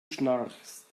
schnarchst